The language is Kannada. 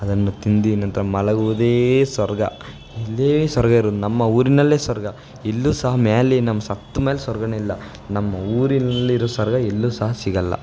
ಅದನ್ನು ತಿಂದು ನಂತರ ಮಲಗುವುದೇ ಸ್ವರ್ಗ ಇಲ್ಲೇ ಸ್ವರ್ಗ ಇರೋದ್ ನಮ್ಮ ಊರಿನಲ್ಲೇ ಸ್ವರ್ಗ ಇಲ್ಲೂ ಸಹ ಮೇಲೆ ನಮ್ಮ ಸತ್ತ ಮೇಲೆ ಸ್ವರ್ಗವೇ ಇಲ್ಲ ನಮ್ಮ ಊರಿನಲ್ಲಿರೊ ಸ್ವರ್ಗ ಎಲ್ಲೂ ಸಹ ಸಿಗೋಲ್ಲ